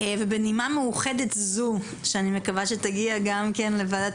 בנימה מאוחדת זאת שאני מקווה שתגיע גם לוועדת